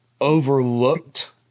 overlooked